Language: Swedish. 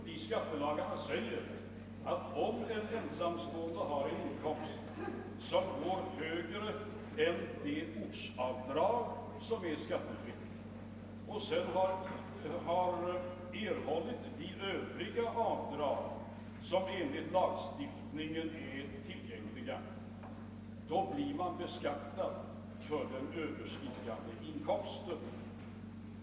Och skattelagarna säger att om en ensamstående har en inkomst som ligger högre än det ortsavdrag som är skattefritt och vidare har erhållit de övriga avdrag som enligt lagstiftningen är tillgängliga, då blir vederbörande beskattad för den överstigande inkomsten.